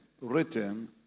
written